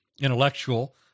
intellectual